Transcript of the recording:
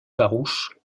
farouche